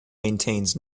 maintains